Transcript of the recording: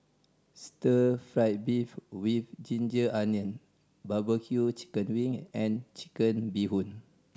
stir fried beef with ginger onion barbecue chicken wing and Chicken Bee Hoon